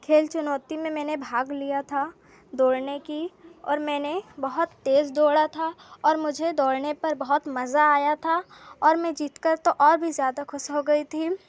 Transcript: खेल चुनौती में मैंने भाग लिया था दौड़ने कि और मेंने बहुत तेज़ दौड़ा था और मुझे दौड़ने पर बहुत मज़ा आया था और मैं जीत कर तो और भी ज़्यादा ख़ुश हो गई थी